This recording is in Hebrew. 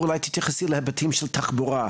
ואולי כדאי שתתייחסי להיבטים של התחבורה.